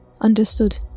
Understood